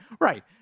right